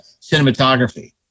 cinematography